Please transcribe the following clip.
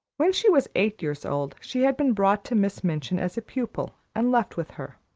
when she was eight years old, she had been brought to miss minchin as a pupil, and left with her.